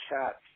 chat